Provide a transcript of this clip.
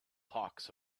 pox